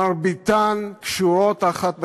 מרביתן קשורות האחת לשנייה.